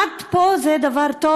עד פה זה דבר טוב,